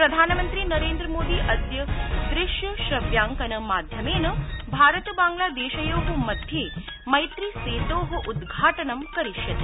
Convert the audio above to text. प्रधानमंत्री नरेन्द्र मोदी अद्य दृश्यश्रव्यांकन माध्यमेन भारत बांग्लादेशयो मध्ये मैत्री सेतो उद्घाटनं करिष्यति